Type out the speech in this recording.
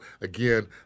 again